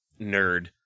nerd